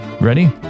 Ready